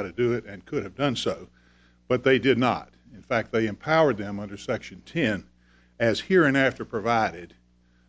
how to do it and could have done so but they did not in fact they empowered them under section tin as here and after provided